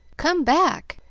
come back!